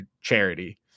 charity